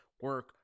Work